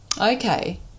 Okay